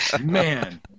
man